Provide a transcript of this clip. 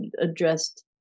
addressed